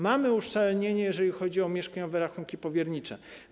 Mamy uszczelnienie, jeżeli chodzi o mieszkaniowe rachunki powiernicze.